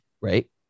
Right